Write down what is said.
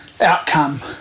outcome